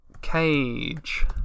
cage